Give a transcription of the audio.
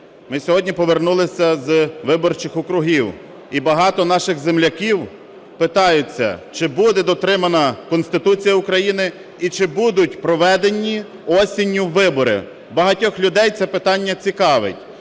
Ми сьогодні повернулися з виборчих округів і багато наших земляків питають, чи буде дотримана Конституція України і чи будуть проведені осінню вибори. Багатьох людей це питання цікавить.